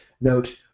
Note